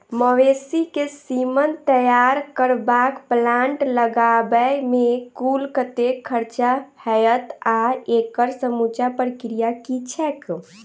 मवेसी केँ सीमन तैयार करबाक प्लांट लगाबै मे कुल कतेक खर्चा हएत आ एकड़ समूचा प्रक्रिया की छैक?